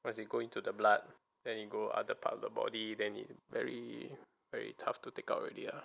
once you go into the blood then you go other part of the body then it very very tough to take out already ah